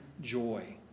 joy